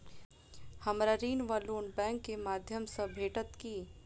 हमरा ऋण वा लोन बैंक केँ माध्यम सँ भेटत की?